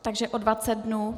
Takže o 20 dnů.